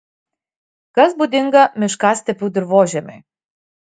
kas būdinga miškastepių dirvožemiui